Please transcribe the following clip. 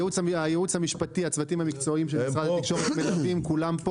הייעוץ המשפטי והצוותים המקצועיים של משרד התקשורת נמצאים כאן כולם.